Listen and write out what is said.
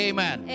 Amen